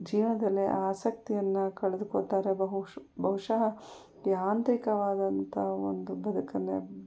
ಜೀವನದಲ್ಲಿ ಆಸಕ್ತಿಯನ್ನ ಕಳೆದುಕೋತಾರೆ ಬಹುಶಃ ಬಹುಶಃ ಯಾಂತ್ರಿಕವಾದಂಥ ಒಂದು ಬದುಕನ್ನು